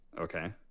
okay